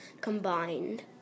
combined